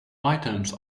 items